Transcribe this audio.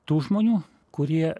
tų žmonių kurie